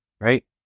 right